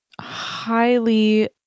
highly